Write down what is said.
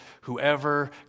Whoever